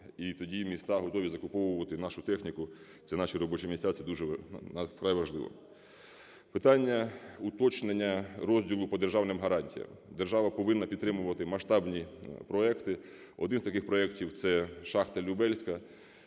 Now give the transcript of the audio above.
і тоді міста готові закуповувати нашу техніку. Це наші робочі місця, це вкрай важливу. Питання уточнення розділу по державним гарантіям. Держава повинна підтримувати масштабні проекти. Один з таких проектів – це шахта "Любельська".